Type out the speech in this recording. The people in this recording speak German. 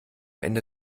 ende